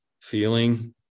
feeling